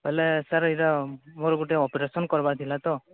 ବୋଲେ ସାର୍ ଏଇଟା ମୋର ଗୋଟେ ଅପରେସନ୍ କରିବାର ଥିଲା ତ